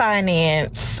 Finance